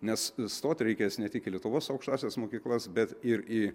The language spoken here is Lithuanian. nes stoti reikės ne tik į lietuvos aukštąsias mokyklas bet ir į